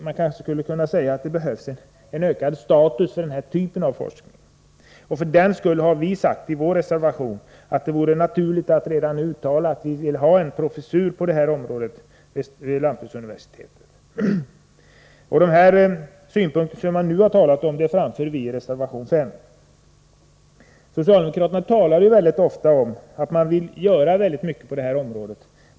Man kanske skulle kunna säga att det behövs en ökad status för den här typen av forskning. Därför säger vi i vår reservation att det vore naturligt att redan nu uttala att det behövs en professur på detta område vid Lantbruksuniversitetet. De synpunkter jag här anlagt framförs även i reservation 5. Socialdemokraterna talar mycket ofta om att man vill göra väldigt mycket på det här området.